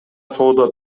соода